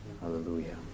Hallelujah